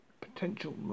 potential